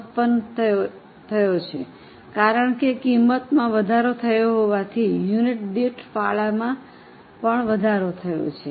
56 થયો છે કારણ કે કિંમતમાં વધારો થયો હોવાથી યુનિટ દીઠ ફાળોમાં પણ વધારો થયો છે